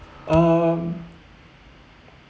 um